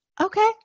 Okay